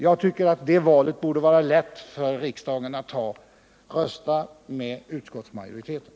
Jag tycker att valet borde vara lätt för riksdagen: Rösta med utskottsmajoriteten!